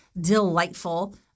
delightful